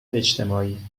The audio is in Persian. اجتماعی